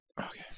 Okay